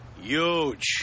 Huge